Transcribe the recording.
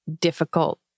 difficult